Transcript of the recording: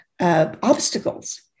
obstacles